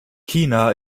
china